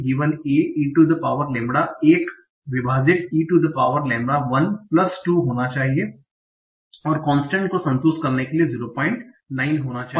a e to the power lambda 1 विभाजित e to the power lambda 12 होना चाहिए और कोंसट्रेंट को संतुष्ट करने के लिए 09 होना चाहिए